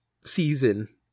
season